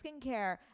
skincare